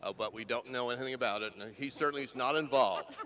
ah but we don't know anything about it. he certainly is not involved.